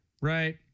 right